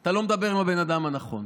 אתה לא מדבר עם הבן אדם הנכון.